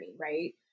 right